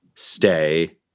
stay